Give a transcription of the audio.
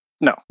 No